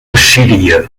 assíria